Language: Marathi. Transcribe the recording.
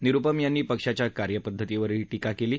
निरुपम यांनी पक्षाच्या कार्यपद्धतीवरही टीका केली आहे